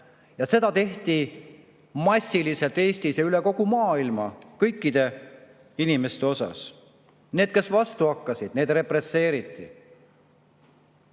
Ja seda tehti massiliselt Eestis ja üle kogu maailma kõikide inimeste puhul. Need, kes vastu hakkasid, represseeriti.